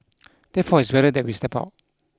therefore it's better that we step out